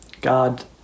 God